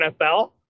NFL